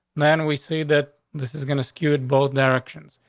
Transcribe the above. then we see that this is gonna skewed both directions.